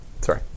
Sorry